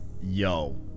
Yo